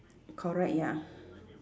correct ya